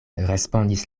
respondis